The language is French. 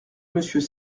monsieur